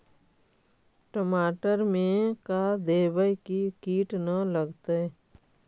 टमाटर में का देबै कि किट न लगतै?